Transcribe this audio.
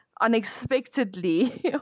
unexpectedly